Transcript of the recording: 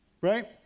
right